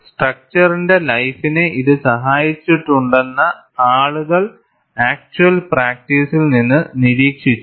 സ്ട്രക്ച്ചറിന്റെ ലൈഫിനെ ഇത് സഹായിച്ചിട്ടുണ്ടെന്ന് ആളുകൾ ആക്ച്വൽ പ്രാക്ടിസിൽ നിന്ന് നിരീക്ഷിച്ചു